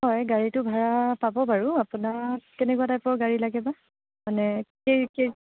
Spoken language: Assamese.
হয় গাড়ীটো ভাড়া পাব বাৰু আপোনাক কেনেকুৱা টাইপৰ গাড়ী লাগে বা মানে কে কেই